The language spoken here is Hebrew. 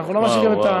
אנחנו לא נשאיר את,